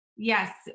yes